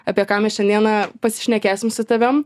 apie ką mes šiandieną pasišnekėsim su tavim